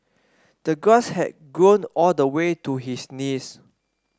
the grass had grown all the way to his knees